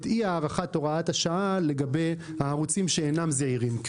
אי הארכת הוראת השעה לגבי הערוצים שאינם זעירים,